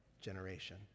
generation